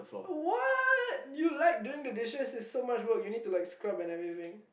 uh what you like doing the dishes it's so much work you need to like scrub and everything